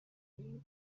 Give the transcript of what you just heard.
میگیریم